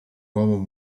uomo